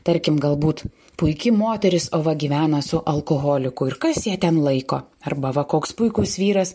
tarkim galbūt puiki moteris o va gyvena su alkoholiku ir kas ją ten laiko arba va koks puikus vyras